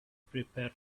prepare